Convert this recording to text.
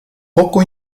poco